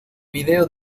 vídeo